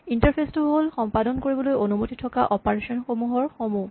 interface টো হ'ল সম্পাদন কৰিবলৈ অনুমতি থকা অপাৰেচন সমূহ